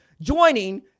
joining